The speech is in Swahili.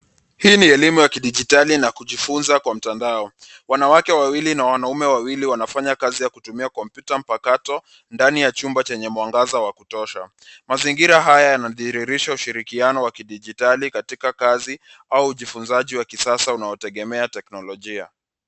Hii ni elimu ya kidijitali na kujifunza kwa mtandao ,wanawake wawili na wanaume wawili wanafanya kazi ya kutumia kompyuta mpakato ndani ya chumba chenye mwangaza wa kutosha, mazingira haya yanadhihirisho ushirikiano wa kidijitali katika kazi au ujifunzaji wa kisasa unaotegemea teknolojia.